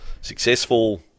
successful